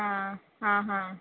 आं आं हां